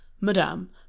madame